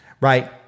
Right